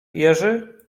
jerzy